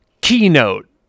keynote